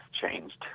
changed